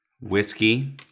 Whiskey